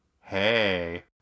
hey